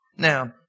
Now